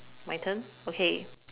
my turn okay